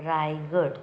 Raigad